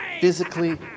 physically